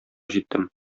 җиттем